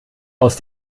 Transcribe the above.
aus